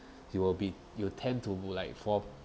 you will be you will tend to like fall